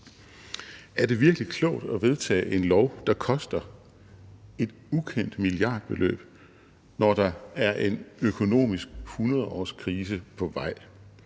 Er det virkelig klogt at vedtage en lov, der koster et ukendt milliardbeløb, når der er en økonomisk hundredårskrise på vej?